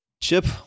Chip